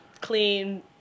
clean